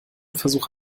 versuch